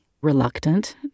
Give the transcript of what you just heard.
reluctant